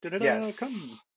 Yes